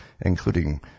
including